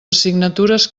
assignatures